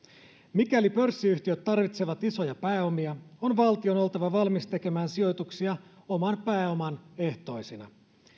mikäli pörssiyhtiöt tarvitsevat isoja pääomia on valtion oltava valmis tekemään sijoituksia oman pääoman ehtoisina